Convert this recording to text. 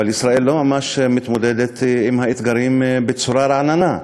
אבל ישראל לא ממש מתמודדת עם האתגרים בצורה רעננה,